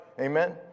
amen